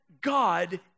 God